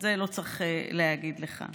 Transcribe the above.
את זה לא צריך להגיד לך,